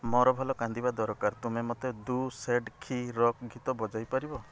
ମୋର ଭଲ କାନ୍ଦିବା ଦରକାର ତୁମେ ମୋତେ ଦୁ ସେଟ ଖୀ ରକ୍ ଗୀତ ବଜାଇ ପାରିବ